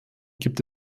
gibt